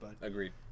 Agreed